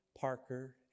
Parker